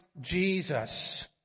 Jesus